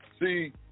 See